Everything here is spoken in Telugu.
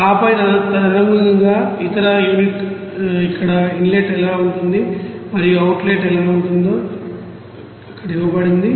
ఆపై తదనుగుణంగా ఇతర యూనిట్ అక్కడ ఇన్లెట్ ఎలా ఉంటుంది మరియు అక్కడ అవుట్లెట్ ఎలా ఉంటుందో అక్కడ ఇవ్వబడింది